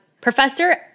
Professor